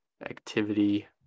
activity